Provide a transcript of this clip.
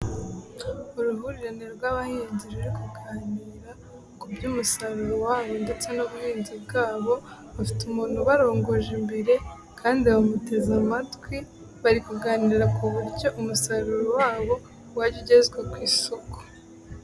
Uruhurirane rw'abahinzi ruri kuganira ku by'umusaruro wabo ndetse n'ubuhinzi bwabo, bafite umuntu ubarongoje imbere kandi bamuteze amatwi, bari kuganira ku buryo umusaruro wabo wajya ugezwe ku isoko.